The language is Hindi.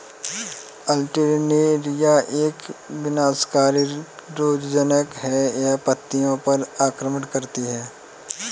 अल्टरनेरिया एक विनाशकारी रोगज़नक़ है, यह पत्तियों पर आक्रमण करती है